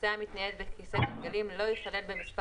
נוסע המתנייד בכיסא גלגלים לא ייכלל במספר